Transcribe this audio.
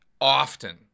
often